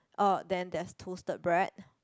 um then there's toasted bread